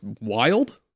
wild